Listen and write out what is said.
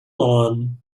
lawn